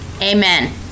Amen